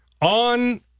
On